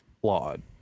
flawed